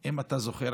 אם אתה זוכר,